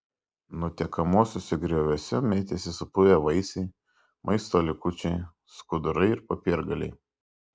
nutekamuosiuose grioviuose mėtėsi supuvę vaisiai maisto likučiai skudurai ir popiergaliai